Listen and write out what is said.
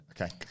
Okay